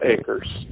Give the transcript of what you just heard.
acres